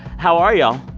how are y'all?